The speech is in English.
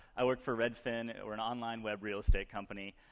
i work for redfin. we're an online web real-estate company.